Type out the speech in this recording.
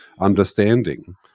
understanding